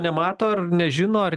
nemato ar nežino ar